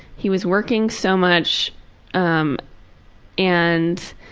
he was working so much um and